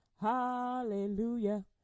hallelujah